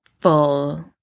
full